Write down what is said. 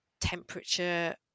temperature